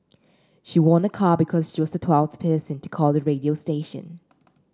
she won a car because she was the twelfth person to call the radio station